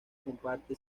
comparte